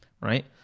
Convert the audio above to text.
right